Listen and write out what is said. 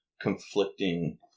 conflicting